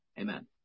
Amen